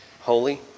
holy